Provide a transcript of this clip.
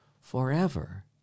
forever